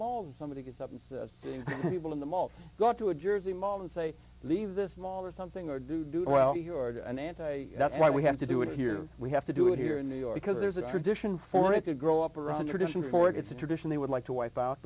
that somebody gets up to people in the mall to go to a jersey mall and say leave this mall or something or do do well you're an anti that's why we have to do it here we have to do it here in new york because there's a tradition for it to grow up around tradition for it's a tradition they would like to wipe out